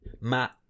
Matt